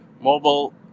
Mobile